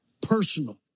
personal